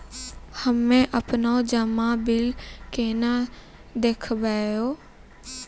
हम्मे आपनौ जमा बिल केना देखबैओ?